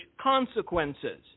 consequences